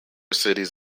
cities